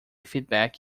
feedback